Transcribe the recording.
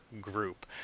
group